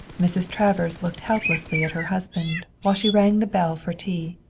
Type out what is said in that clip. mrs. travers looked helplessly at her husband, while she rang the bell for tea.